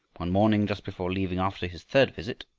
one morning just before leaving after his third visit,